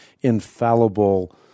infallible